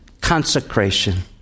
consecration